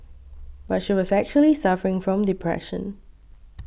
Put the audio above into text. but she was actually suffering from depression